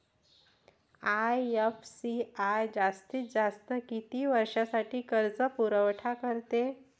IFCI जास्तीत जास्त किती वर्षासाठी कर्जपुरवठा करते?